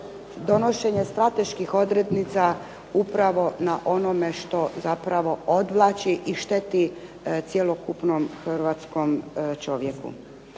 donošenje strateških odrednica upravo na onome što odvlači i šteti cjelokupnom Hrvatskom čovjeku.